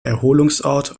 erholungsort